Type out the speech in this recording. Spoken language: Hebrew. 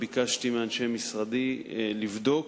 ביקשתי מאנשי משרדי לבדוק,